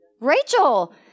Rachel